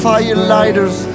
Firelighters